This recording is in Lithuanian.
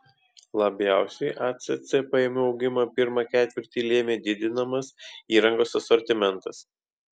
labiausiai acc pajamų augimą pirmą ketvirtį lėmė didinamas įrangos asortimentas